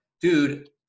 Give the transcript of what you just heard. dude –